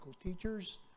teachers